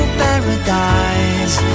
paradise